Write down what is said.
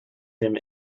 him